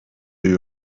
you